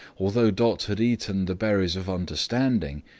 although dot had eaten the berries of understanding,